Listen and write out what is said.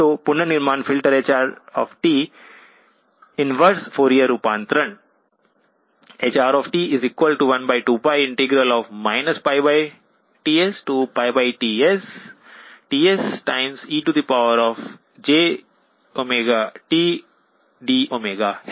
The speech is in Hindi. तो पुनर्निर्माण फिल्टर hr इनवर्स फॉरिएर रूपांतरण hr12π TsTsTsejΩtdΩ है